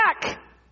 back